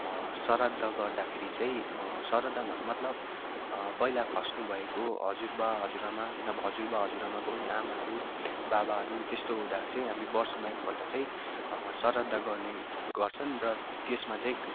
श्राद्ध गर्दाखेरि चाहिँ श्राद्ध मतलब पहिला खस्नु भएको हजुरबा हजुरआमा नभए हजुरबा हजुरआमाको पनि आमाहरू बाबाहरू त्यस्तो हुँदाखेरि चाहिँ हामी वर्षमा एकपल्ट चाहिँ श्राद्ध गर्ने गर्छन् र त्यसमा चाहिँ